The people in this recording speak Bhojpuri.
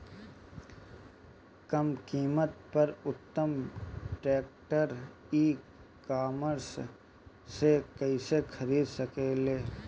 कम कीमत पर उत्तम ट्रैक्टर ई कॉमर्स से कइसे खरीद सकिले?